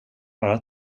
bara